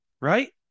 right